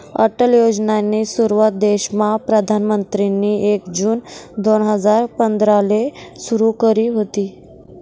अटल योजनानी सुरुवात देशमा प्रधानमंत्रीनी एक जून दोन हजार पंधराले सुरु करी व्हती